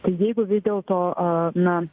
tai jeigu vis dėlto na